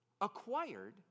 acquired